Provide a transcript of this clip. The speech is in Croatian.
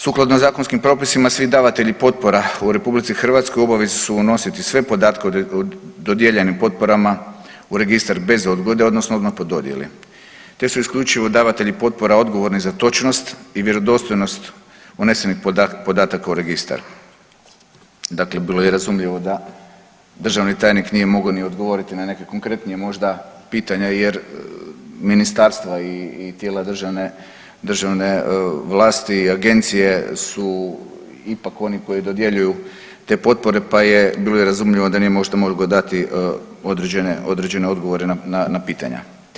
Sukladno zakonskim propisima svi davatelji potpora u RH u obavezi su unositi sve podatke o dodijeljenim potporama u registar bez odgode odnosno odmah po dodjeli, te su isključivo davatelji potpora odgovorni za točnost i vjerodostojnost unesenih podataka u registar, dakle bilo je i razumljivo da državni tajnik nije mogao ni odgovoriti na neka konkretnija možda pitanja jer ministarstva i tijela državne, državne vlasti i agencije su ipak oni koji dodjeljuju te potpore, pa je bilo i razumljivo da nije možda mogao dati određene, određene odgovore na, na pitanja.